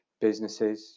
businesses